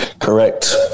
Correct